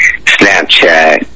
Snapchat